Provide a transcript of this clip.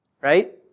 right